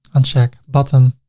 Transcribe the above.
uncheck button